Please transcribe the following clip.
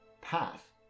path